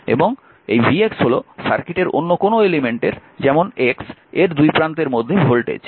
এবং এই vx হল সার্কিটের অন্য কোনো এলিমেন্টের যেমন x এর দুই প্রান্তের মধ্যে ভোল্টেজ